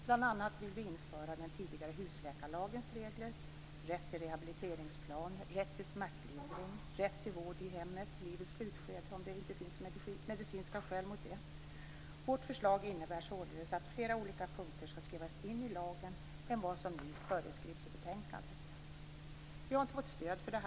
Bl.a. vill vi införa den tidigare husläkarlagens regler, rätt till rehabiliteringsplan, rätt till smärtlindring samt rätt till vård i hemmet i livets slutskede om det inte finns medicinska skäl mot detta. Vårt förslag innebär således att flera olika punkter skall skrivas in i lagen än vad som nu föreslås i betänkandet. Vi har inte fått stöd för detta.